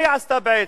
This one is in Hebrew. מה היא עשתה בעצם,